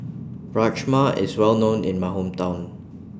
Rajma IS Well known in My Hometown